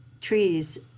trees